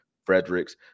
fredericks